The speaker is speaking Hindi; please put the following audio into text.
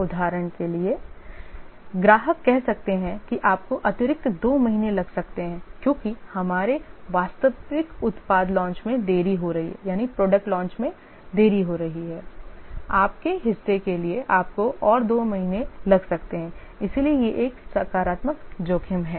उदाहरण के लिए ग्राहक कह सकते हैं कि आपको अतिरिक्त 2 महीने लग सकते हैं क्योंकि हमारे वास्तविक उत्पाद लॉन्च में देरी हो रही है आपके हिस्से के लिए आपको और 2 महीने लग सकते हैं इसलिए यह एक सकारात्मक जोखिम है